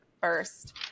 first